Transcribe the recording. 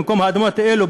במקום האדמות האלה,